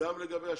לגבי השקיפות,